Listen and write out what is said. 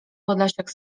podlasiak